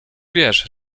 wiesz